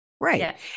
Right